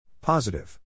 Positive